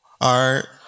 art